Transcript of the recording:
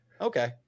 okay